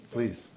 Please